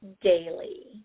daily